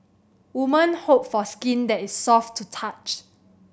women hope for skin that is soft to touch